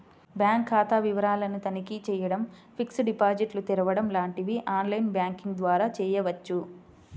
bank ఖాతా వివరాలను తనిఖీ చేయడం, ఫిక్స్డ్ డిపాజిట్లు తెరవడం లాంటివి ఆన్ లైన్ బ్యాంకింగ్ ద్వారా చేయవచ్చు